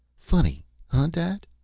funny hunh dad?